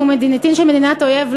מי שהוא נתין של מדינת אויב,